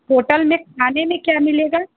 hotel में खाने में क्या मिलेगा